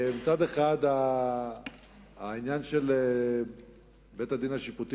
מצד אחד העניין של בית-הדין השיפוטי